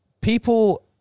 people